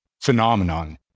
phenomenon